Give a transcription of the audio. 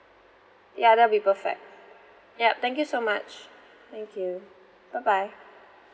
ya there'll be perfect yup thank you so much thank you bye bye